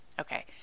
Okay